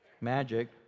magic